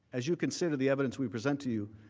as you consider the evidence we present to you,